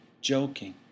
joking